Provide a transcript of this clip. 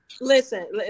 Listen